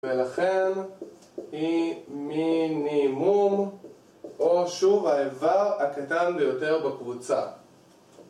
ולכן היא מינימום או שוב האיבר הקטן ביותר בקבוצה